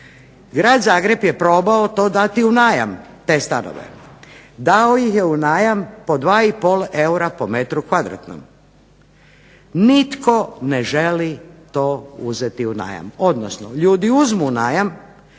Grad Zagreb je probao to dati u najam te stanove. Dao ih je u najam po 2 i pol eura po metru kvadratnom. Nitko ne želi to uzeti u najam, odnosno ljudi uzmu u najam,